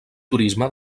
turisme